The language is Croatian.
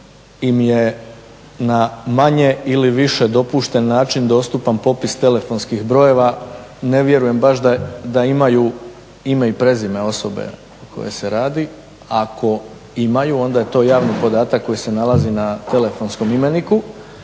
im je na manje ili više dopušten način dostupan popis telefonskih brojeva. Ne vjerujem baš da imaju ime i prezime osobe o kojoj se radi, ako imaju onda je to javni podatak koji se nalazi na telefonskom imeniku,